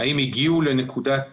האם הגיעו לנקודת